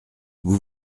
vous